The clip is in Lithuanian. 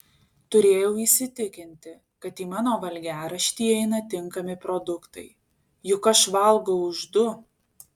turėjau įsitikinti kad į mano valgiaraštį įeina tinkami produktai juk aš valgau už du